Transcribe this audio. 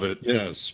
yes